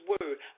word